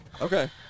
Okay